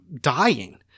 dying